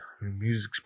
Music's